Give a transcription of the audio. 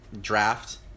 draft